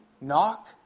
Knock